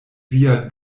via